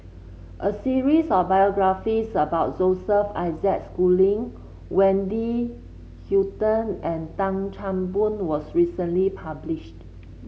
a series of biographies about Joseph Isaac Schooling Wendy Hutton and Tan Chan Boon was recently published